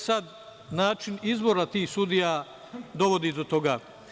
Sada način izbora tih sudija dovodi do toga.